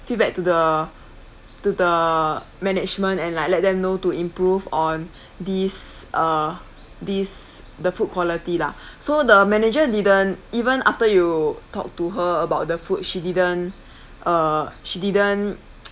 feedback to the to the management and like let them know to improve on this uh this the food quality lah so the manager didn't even after you talk to her about the food she didn't uh she didn't